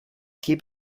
keep